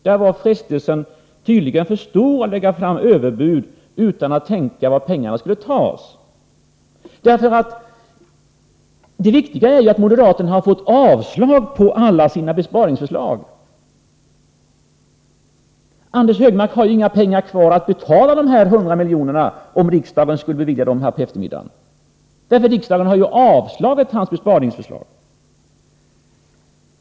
Där var frestelsen tydligen för stor att lägga fram överbud utan att tänka efter var pengarna skulle tas. Det viktiga är ju att moderaterna har fått alla sina besparingsförslag avstyrkta. Anders Högmark har inga pengar kvar att betala dessa 100 miljoner, om riksdagen skulle bevilja dem i eftermiddag, eftersom riksdagen då har avslagit hans besparingsförslag.